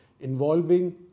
involving